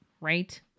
Right